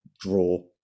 draw